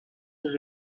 her